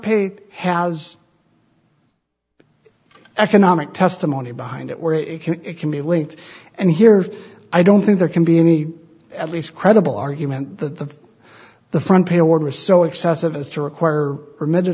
pay has economic testimony behind it where it can it can be linked and here i don't think there can be any at least credible argument that the the front page award was so excessive as to require